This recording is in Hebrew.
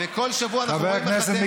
וכל שבוע אנחנו רואים איך אתם,